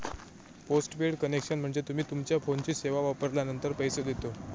postpaid connection म्हणजे तुम्ही तुमच्यो फोनची सेवा वापरलानंतर पैसो देता